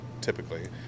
typically